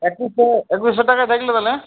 একুশশো একুশশো টাকা থাকলো তাহলে হ্যাঁ